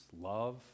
love